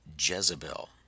Jezebel